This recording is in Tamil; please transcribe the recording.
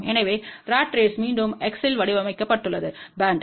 எனவே ராட் ரேஸ் மீண்டும் X இல் வடிவமைக்கப்பட்டுள்ளது பேண்ட்